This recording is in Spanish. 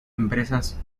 empresas